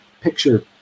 Picture